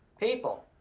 people,